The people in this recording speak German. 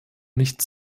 nicht